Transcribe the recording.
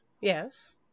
Yes